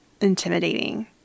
intimidating